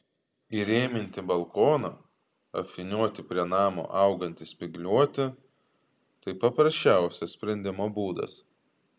įrėminti balkoną apvynioti prie namo augantį spygliuotį tai paprasčiausias sprendimo būdas